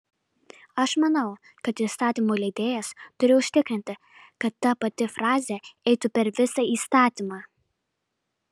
aš manau kad įstatymų leidėjas turi užtikrinti kad ta pati frazė eitų per visą įstatymą